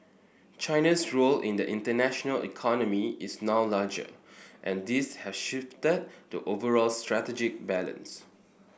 China's role in the international economy is now larger and this has shifted the overall strategic balance